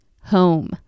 home